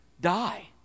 die